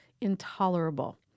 intolerable